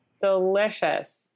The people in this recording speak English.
Delicious